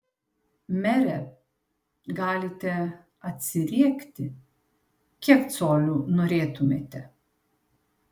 mere galite atsiriekti kiek colių norėtumėte